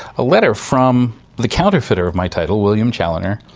a letter from the counterfeiter of my title, william chaloner,